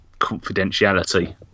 confidentiality